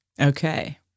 Okay